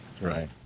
Right